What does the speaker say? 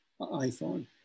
iPhone